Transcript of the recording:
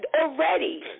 already